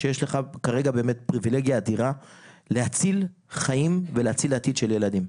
שיש לך כרגע באמת פריבילגיה אדירה להציל חיים ולהציל עתיד של ילדים.